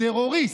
טרוריסט.